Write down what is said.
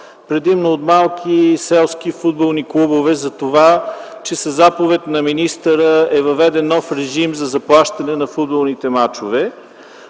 предимно от малки селски футболни клубове за това, че със заповед на министъра е въведен нов режим за заплащане на футболните мачове.